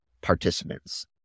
participants